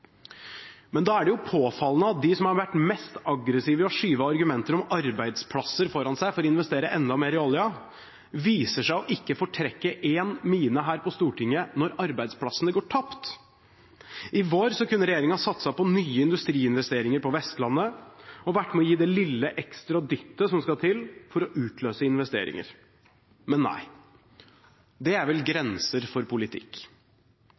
Men da er det jo påfallende at de som har vært mest aggressive i å skyve argumenter om arbeidsplasser foran seg for å investere enda mer i oljen, viser seg ikke å fortrekke en mine her på Stortinget når arbeidsplassene går tapt. I vår kunne regjeringen ha satset på nye industriinvesteringer på Vestlandet og vært med på å gi det lille ekstra dyttet som skal til for å utløse investeringer – men nei. Det er vel grenser for politikk.